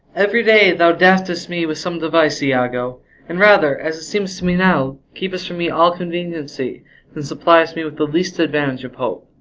every day thou daffest me with some device, iago and rather, as it seems to me now, keepest from me all conveniency than suppliest me with the least advantage of hope.